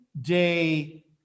day